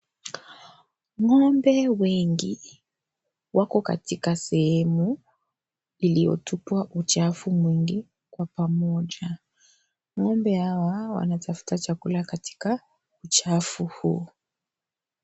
Ng'ombe wengi wako katika sehemu iliyotupwa uchafu mwingi kwa pamoja. Ng'ombe hawa wanatafuta chakula katika uchafu huu.